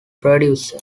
producer